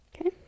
okay